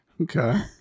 okay